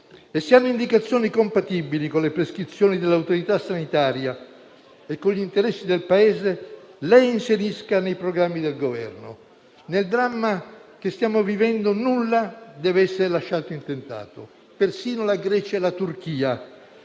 e, se hanno indicazioni compatibili con le prescrizioni dell'autorità sanitaria e con gli interessi del Paese, le inserisca nei programmi del Governo. Nel dramma che stiamo vivendo, nulla dev'essere lasciato intentato. Persino la Grecia e la Turchia,